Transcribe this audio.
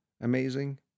amazing